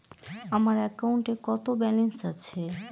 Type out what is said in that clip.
আমার অ্যাকাউন্টে কত ব্যালেন্স আছে?